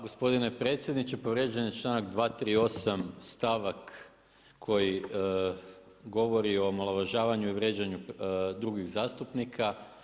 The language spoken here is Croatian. Gospodine predsjedniče, povrijeđen je članak 238. stavak koji govori o omalovažavanju i vrijeđanju drugih zastupnika.